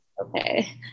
okay